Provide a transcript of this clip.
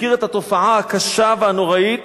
מכיר את התופעה הקשה והנוראית